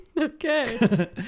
Okay